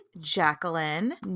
Jacqueline